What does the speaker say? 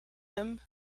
him